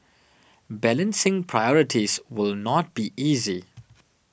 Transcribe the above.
balancing priorities will not be easy